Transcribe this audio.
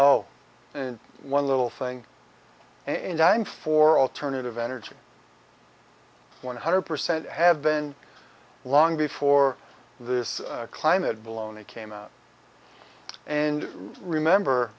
o and one little thing and i'm for alternative energy one hundred percent have been long before this climate baloney came out and remember